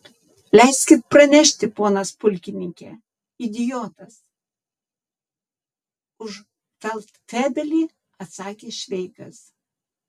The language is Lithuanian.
leiskit pranešti ponas pulkininke idiotas už feldfebelį atsakė šveikas